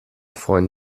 freuen